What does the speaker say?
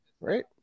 right